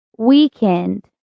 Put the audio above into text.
Weekend